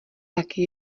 taky